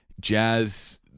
jazz